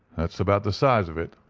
that's about the size of it.